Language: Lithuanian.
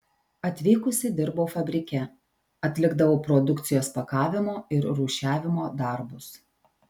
atvykusi dirbau fabrike atlikdavau produkcijos pakavimo ir rūšiavimo darbus